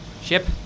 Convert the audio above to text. Ship